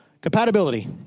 Compatibility